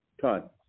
Todd